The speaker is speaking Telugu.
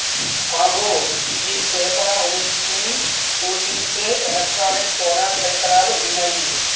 అగో గీ సేపల ఉనికిని సూచించే ఎలక్ట్రానిక్ సోనార్ పరికరాలు ఉన్నయ్యి